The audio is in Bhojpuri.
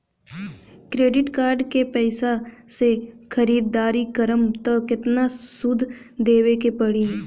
क्रेडिट कार्ड के पैसा से ख़रीदारी करम त केतना सूद देवे के पड़ी?